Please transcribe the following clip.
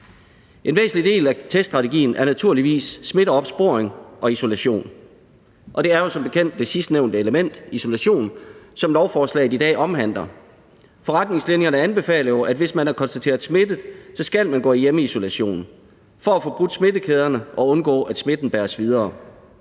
En væsentlig del af teststrategien er naturligvis smitteopsporing og isolation, og det er jo som nævnt det sidstnævnte element, isolation, som lovforslaget i dag omhandler. For retningslinjerne anbefaler jo, at hvis man er konstateret smittet, skal man gå i hjemmeisolation for at få brudt smittekæderne og undgå, at smitten bæres videre.